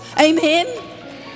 Amen